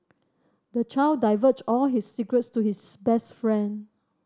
the child divulged all his secrets to his best friend